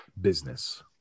business